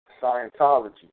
Scientology